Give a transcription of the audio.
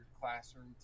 classroom